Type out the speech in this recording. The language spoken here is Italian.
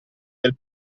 del